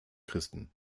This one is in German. christen